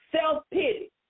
self-pity